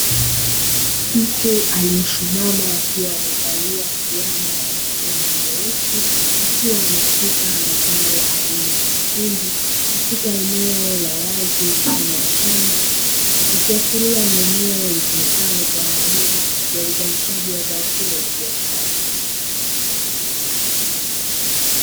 Mtu aliye simama akiwa amevalia fulana ya rangi nyeusi akiwa ameshika mazao aina ya mahindi katika eneo la wazi mfano wa shamba, ikiashiria ni eneo litumikalo kwa ajili ya uzalishaji wa zao hilo la biashara.